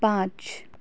पाँच